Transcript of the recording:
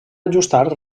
ajustar